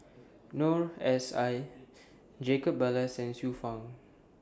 Noor S I Jacob Ballas and Xiu Fang